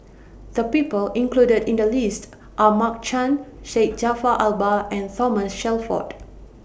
The People included in The list Are Mark Chan Syed Jaafar Albar and Thomas Shelford